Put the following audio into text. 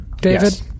David